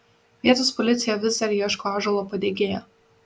vietos policija vis dar ieško ąžuolo padegėjo